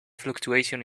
fluctuation